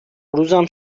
روزم